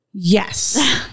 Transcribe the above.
Yes